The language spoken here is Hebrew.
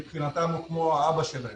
מבחינתם הוא כמו האבא שלהם.